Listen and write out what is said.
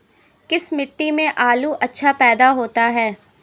किस मिट्टी में आलू अच्छा पैदा होता है?